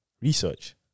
research